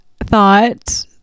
thought